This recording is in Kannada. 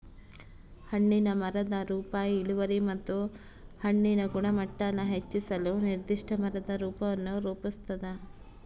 ಹಣ್ಣಿನ ಮರದ ರೂಪ ಇಳುವರಿ ಮತ್ತು ಹಣ್ಣಿನ ಗುಣಮಟ್ಟಾನ ಹೆಚ್ಚಿಸಲು ನಿರ್ದಿಷ್ಟ ಮರದ ರೂಪವನ್ನು ರೂಪಿಸ್ತದ